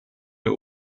der